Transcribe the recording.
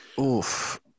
Oof